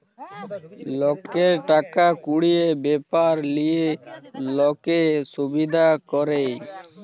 লকের টাকা কুড়ির ব্যাপার লিয়ে লক্কে সুবিধা ক্যরে